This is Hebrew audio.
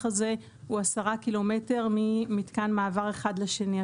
הזה הוא עשרה ק"מ ממתקן מעבר אחד לשני.